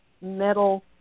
metal